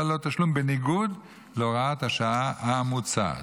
ללא תשלום בניגוד להוראת השעה המוצעת.